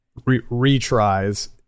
retries